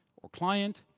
or client.